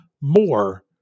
more